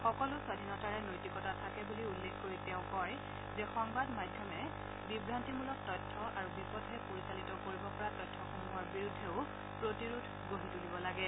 সকলো স্বধীনতাৰে নৈতিকতা থাকে বুলি উল্লেখ কৰি তেওঁ কয় যে সংবাদ মাধ্যমে বিভান্তিমূলক তথ্য আৰু বিপথে পৰিচালিত কৰিব পৰা তথ্যসমূহৰ বিৰুদ্ধেও প্ৰতিৰোধ গঢ়ি তুলিব লাগে